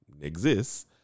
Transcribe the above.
exists